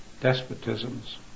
despotisms